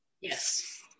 Yes